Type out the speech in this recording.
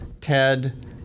TED